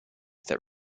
that